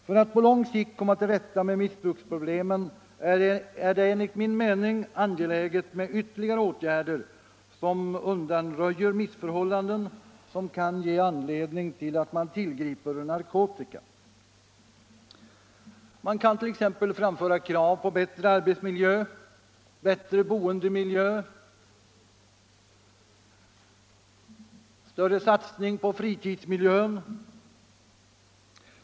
För att på lång sikt komma till rätta med missbruksproblemen är det enligt min mening angeläget med ytterligare åtgärder som undanröjer missförhållanden som kan vara anledning till att man tillgriper narkotika. Nr 78 Det kan t.ex. framföras krav på bättre arbetsmiljöer, bättre boendemil Tisdagen den jöer, större satsning på fritidsmiljön.